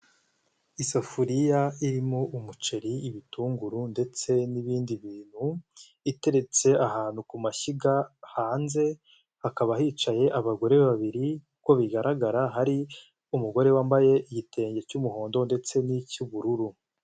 Isafuriya irimo: umuceri, ibitunguru ndetse n'ibindi bintu, iteretse ahantu ku mashyiga hanze. Hakaba hicaye abagore babiri uko bigaragara hari umugore wambaye igitenge cy'umuhondo ndetse nicy'ubururu.